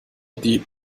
die